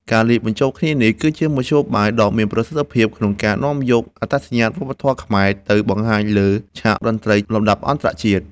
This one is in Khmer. ការលាយបញ្ចូលគ្នានេះគឺជាមធ្យោបាយដ៏មានប្រសិទ្ធភាពក្នុងការនាំយកអត្តសញ្ញាណវប្បធម៌ខ្មែរ ទៅបង្ហាញលើឆាកតន្ត្រីលំដាប់អន្តរជាតិ។